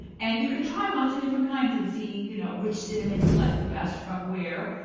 and you can try lots of different kinds and see you know which cinnamon you like the best, from where,